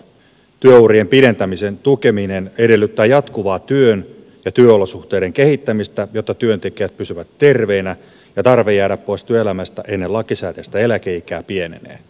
työurien pidentämisen tukeminen edellyttää jatkuvaa työn ja työolosuhteiden kehittämistä jotta työntekijät pysyvät terveinä ja tarve jäädä pois työelämästä ennen lakisääteistä eläkeikää pienenee